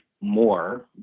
more